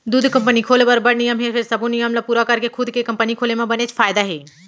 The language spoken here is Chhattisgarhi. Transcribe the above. दूद कंपनी खोल बर बड़ नियम हे फेर सबो नियम ल पूरा करके खुद के कंपनी खोले म बनेच फायदा हे